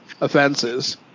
offenses